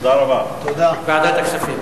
להעביר את הנושא לוועדת הכספים